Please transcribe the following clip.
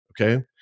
okay